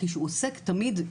נאמר שהוא לא עוסק בפיזיקה,